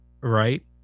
Right